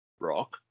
rock